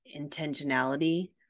intentionality